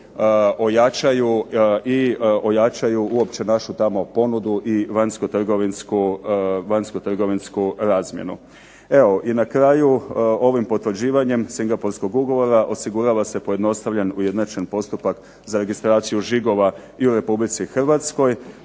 ojačaju uopće našu tamo ponudu i vanjskotrgovinsku razmjenu. Evo, i na kraju ovim potvrđivanjem Singapurskog ugovora osigurava se pojednostavljen, ujednačen postupak za registraciju žigova i u RH. Dakle,